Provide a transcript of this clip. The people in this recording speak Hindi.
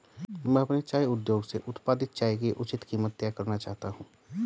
मैं अपने चाय उद्योग से उत्पादित चाय की उचित कीमत तय करना चाहता हूं